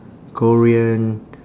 korean